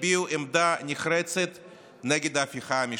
הביעו עמדה נחרצת נגד ההפיכה המשפטית.